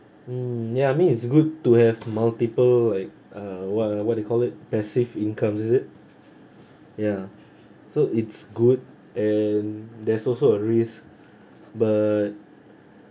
mm ya I mean it's good to have multiple like uh what uh what do you call it passive income is it ya so it's good and there's also a risk but